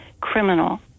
criminal